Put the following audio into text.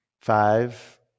five